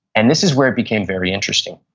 and this is where it became very interesting.